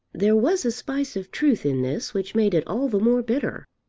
there was a spice of truth in this which made it all the more bitter.